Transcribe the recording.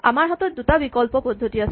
আমাৰ হাতত দুটা বিকল্প পদ্ধতি আছে